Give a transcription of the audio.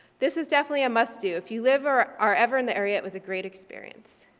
this is definitely a must do. if you live or are ever in the area it was a great experience.